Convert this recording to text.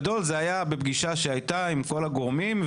זה היה בפגישה שהייתה עם כל הגורמים,